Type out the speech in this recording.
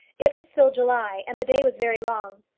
it was still july, and the day was very long.